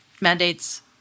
mandates